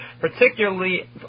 particularly